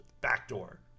backdoor